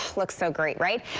looks so great, right?